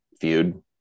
feud